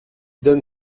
donne